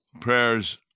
prayers